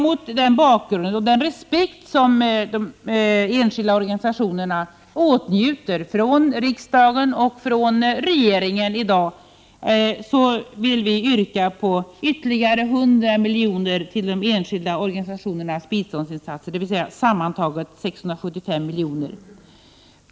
Mot bakgrund av den respekt som de enskilda organisationerna åtnjuter i riksdagen och regeringen, vill vi i centern yrka på ytterligare 100 milj.kr. till de enskilda organisationernas biståndsinsatser, dvs. sammantaget 675 miljoner.